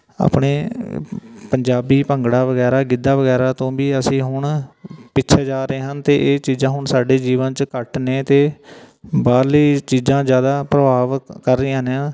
ਆਪਣੇ ਪੰਜਾਬੀ ਭੰਗੜਾ ਵਗੈਰਾ ਗਿੱਧਾ ਵਗੈਰਾ ਤੋਂ ਵੀ ਅਸੀਂ ਹੁਣ ਪਿੱਛੇ ਜਾ ਰਹੇ ਹਾਂ ਅਤੇ ਇਹ ਚੀਜ਼ਾਂ ਹੁਣ ਸਾਡੇ ਜੀਵਨ 'ਚ ਘੱਟ ਨੇ ਅਤੇ ਬਾਹਰਲੀ ਚੀਜ਼ਾਂ ਜ਼ਿਆਦਾ ਪ੍ਰਭਾਵ ਕਰ ਰਹੀਆਂ ਨੇ